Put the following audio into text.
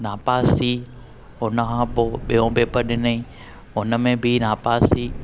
ना पास थी हुन खां पोइ ॿियो पेपर ॾिनईं हुन में बि ना पास थी